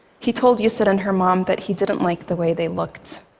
he told yusor and her mom that he didn't like the way they looked.